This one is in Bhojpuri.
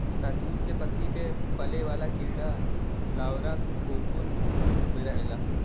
शहतूत के पत्ती पे पले वाला कीड़ा लार्वा कोकून में रहला